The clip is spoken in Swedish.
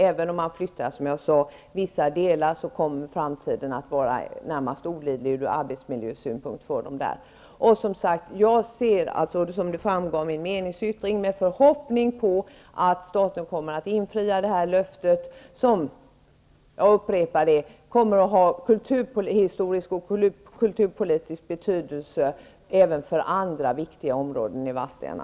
Även om man flyttar vissa delar kommer det i framtiden att vara närmast olidligt ur arbetsmiljösynpunkt för dem. Som framgår av min meningsyttring ser jag med förhoppning på att staten kommer att infria löftet, vilket kommer att ha, jag vill gärna upprepa det, kulturhistorisk och kulturpolitisk betydelse även för andra viktiga områden i Vadstena.